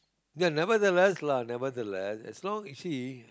ya nevertheless lah nevertheless as long you see